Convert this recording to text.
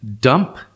dump